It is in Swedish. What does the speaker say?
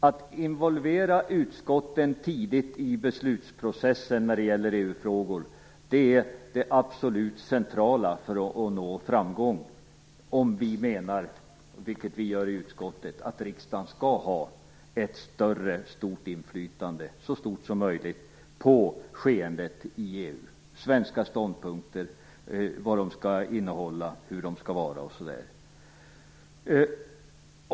Att involvera utskotten tidigt i beslutsprocessen när det gäller EU-frågor är det absolut centrala för att nå framgång om vi menar - vilket vi gör i konstitutionsutskottet - att riksdagen skall ha ett så stort inflytande som möjligt på skeendet i EU, vad svenska ståndpunkter skall innehålla och hur de skall vara utformade.